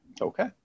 Okay